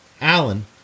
Alan